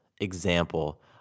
example